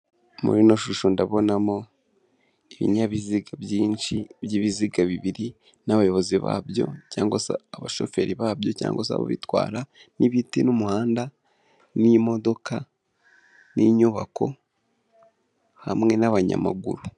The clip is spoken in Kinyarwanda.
Muri ino shusho ndabonamo ibinyabiziga byinshi by'ibiziga bibiri n'abayobozi babyo cyangwa se abashoferi babyo cyangwa se ababitwara n'ibiti n'umuhanda n'imodoka n'inyubako hamwe n'abanyamaguru.